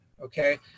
Okay